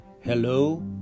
hello